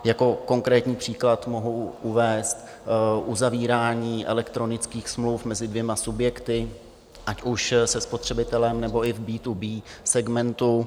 Jako konkrétní příklad mohu uvést uzavírání elektronických smluv mezi dvěma subjekty, ať už se spotřebitelem, nebo i v B2B segmentu.